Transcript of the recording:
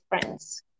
friends